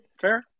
Fair